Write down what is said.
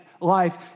life